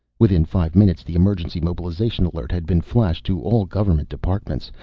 within five minutes the emergency mobilization alert had been flashed to all government departments.